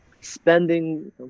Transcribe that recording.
spending